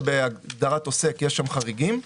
בהגדרת עוסק שם יש חריגים,